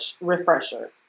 refresher